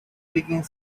clicking